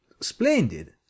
splendid